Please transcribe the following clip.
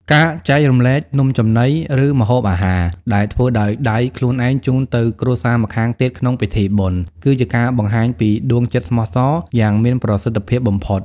ការចែករំលែកនំចំណី ឬម្ហូបអាហារដែលធ្វើដោយដៃខ្លួនឯងជូនទៅគ្រួសារម្ខាងទៀតក្នុងពិធីបុណ្យ គឺជាការបង្ហាញពី "ដួងចិត្តស្មោះសរ យ៉ាងមានប្រសិទ្ធភាពបំផុត។